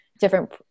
different